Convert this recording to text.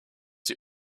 die